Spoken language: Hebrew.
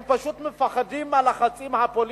הם פשוט מפחדים מהלחצים הפוליטיים,